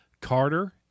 Carter